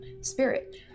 spirit